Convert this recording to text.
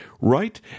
right